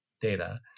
data